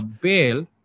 bail